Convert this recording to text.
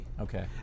Okay